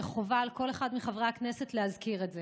וחובה על כל אחד מחברי הכנסת להזכיר את זה.